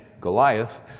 Goliath